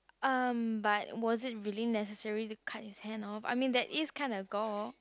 um but was it really necessary to cut his hand off I mean that is kind of gore